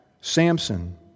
Samson